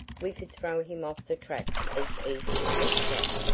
we could throw him off the track as easy as scat,